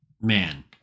Man